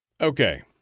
Okay